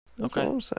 okay